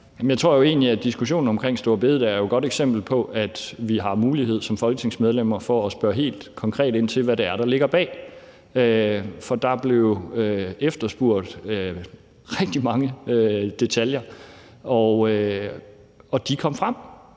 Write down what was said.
jeg tror jo egentlig, at diskussionen omkring store bededag er et godt eksempel på, at vi som folketingsmedlemmer har mulighed for at spørge helt konkret ind til, hvad det er, der ligger bag. For der blev efterspurgt rigtig mange detaljer, og de kom frem,